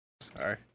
Sorry